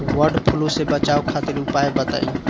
वड फ्लू से बचाव खातिर उपाय बताई?